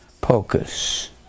pocus